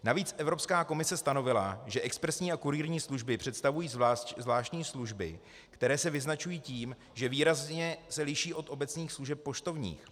Navíc Evropská komise stanovila, že expresní a kurýrní služby představují zvláštní služby, které se vyznačují tím, že výrazně se liší od obecných služeb poštovních.